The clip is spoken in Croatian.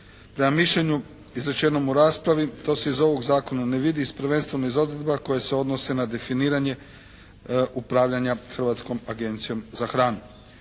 Prema mišljenju izrečenom u raspravi to se iz ovog zakona ne vidi, prvenstveno iz odgovora koje se odnose na definiranje upravljanja Hrvatskom agencijom za hranu.